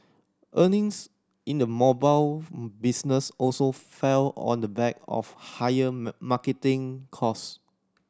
earnings in the mobile business also fell on the back of higher marketing cost